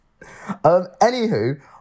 Anywho